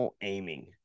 aiming